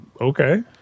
okay